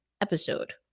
episode